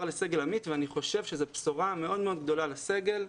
לסגל עמית ואני חושב שזו בשורה מאוד מאוד גדולה לסגל.